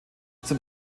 sein